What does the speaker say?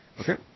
Okay